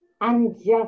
unjust